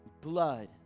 blood